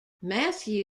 matthew